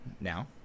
now